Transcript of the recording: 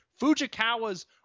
Fujikawa's